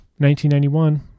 1991